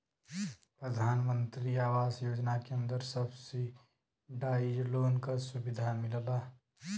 प्रधानमंत्री आवास योजना के अंदर सब्सिडाइज लोन क सुविधा मिलला